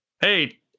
hey